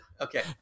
Okay